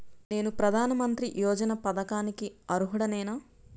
నేను ప్రధాని మంత్రి యోజన పథకానికి అర్హుడ నేన?